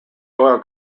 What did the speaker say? oil